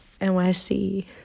NYC